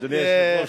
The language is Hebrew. אדוני היושב-ראש,